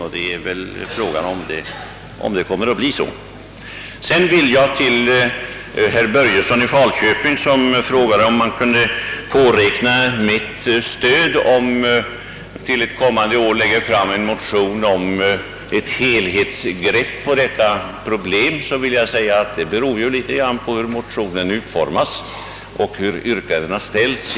Det återstår att se om så blir fallet. Med anledning av att herr Börjesson i Falköping frågade, om han kunde påräkna mitt stöd om till kommande år läggs fram en motion om ett helhetsgrepp på detta problem, vill jag säga, att det beror på hur motionen blir utformad och hur yrkandena ställs.